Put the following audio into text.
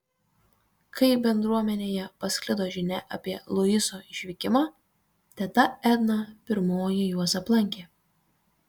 kai bendruomenėje pasklido žinia apie luiso išvykimą teta edna pirmoji juos aplankė